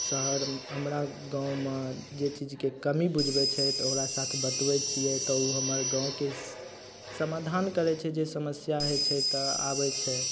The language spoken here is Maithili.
शहर हमरा गाँवमे जे चीजके कमी बुझबय छै तऽ ओकरा साथ बतबय छियै तऽ उ हमर गाँवके समाधान करय छै जे समस्या होइ छै तऽ आबय छै